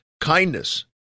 kindness